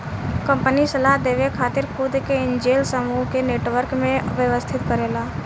company सलाह देवे खातिर खुद के एंजेल समूह के नेटवर्क में व्यवस्थित करेला